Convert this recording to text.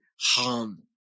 harm